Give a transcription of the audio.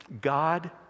God